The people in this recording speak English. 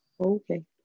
Okay